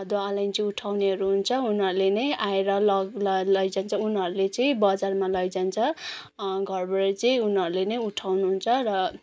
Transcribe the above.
अदुवा अलैँची उठउनेहरू हुन्छ उनीहरूले नै आएर लग ल लैजान्छ उनीहरूले चाहिँ बजारमा लैजान्छ घरबाट चाहिँ उनीहरूले नै उठाउनुहुन्च र